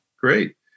Great